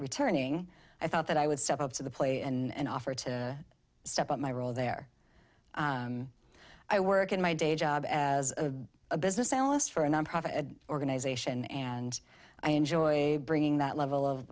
returning i thought that i would step up to the plate and offer to step up my role there i work in my day job as a business analyst for a nonprofit organization and i enjoy bringing that level of